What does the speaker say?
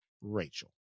Rachel